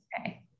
Okay